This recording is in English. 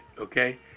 Okay